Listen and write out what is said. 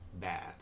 bad